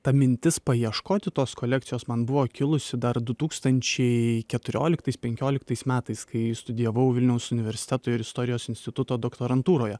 ta mintis paieškoti tos kolekcijos man buvo kilusi dar du tūkstančiai keturioliktais penkioliktais metais kai studijavau vilniaus universiteto ir istorijos instituto doktorantūroje